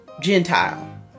Gentile